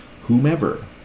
Whomever